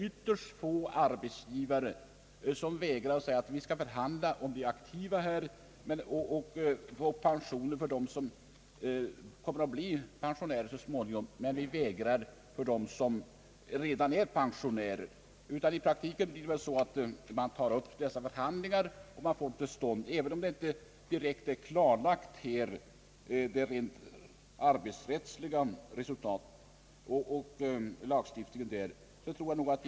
Ytterst få arbetsgivare förhandlar väl enbart om dem som kommer att bli pensionärer så småningom, medan de vägrar att förhandla om dem som redan är pensionärer. I praktiken tar man upp även sådana förhandlingar, även om de rent arbetsrättsliga förhållandena i lagstiftningen inte är helt klarlagda.